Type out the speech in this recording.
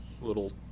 little